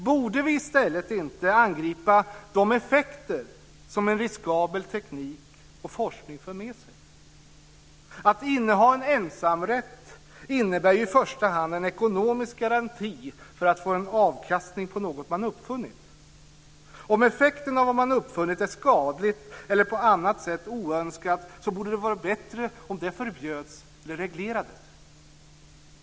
Borde vi inte i stället angripa de effekter som en riskabel teknik och forskning för med sig? Att inneha en ensamrätt innebär ju i första hand en ekonomisk garanti för att få avkastning på något man uppfunnit. Om effekten av vad man uppfunnit är skadlig eller på annat sätt oönskad borde det väl vara bättre om detta förbjöds eller reglerades.